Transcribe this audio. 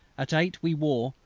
at eight we wore,